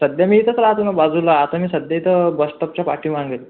सध्या मी इथंच राहतो ना बाजूला आता मी सध्या इथं बसस्टॉपच्या पाठीमागे